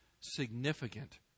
significant